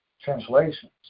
translations